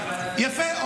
יפה.